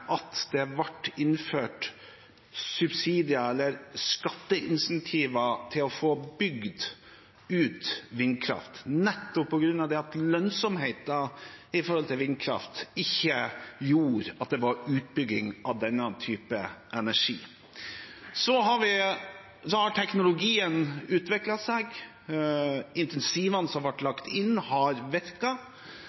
energidepartementet, det ble innført subsidier eller skatteincentiver til å få bygd ut vindkraft, nettopp på grunn av at lønnsomheten i vindkraft gjorde at det ikke var utbygging av denne typen energi. Så har teknologien utviklet seg, incentivene som ble